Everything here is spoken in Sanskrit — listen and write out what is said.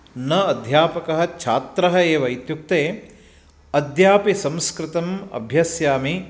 न अध्यापकः छात्रः एव इत्युक्ते अद्यापि संस्कृतम् अभ्यस्यामि